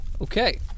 Okay